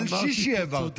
ליל שישי העברתי פה.